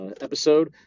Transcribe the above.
episode